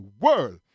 world